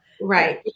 Right